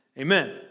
Amen